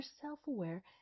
self-aware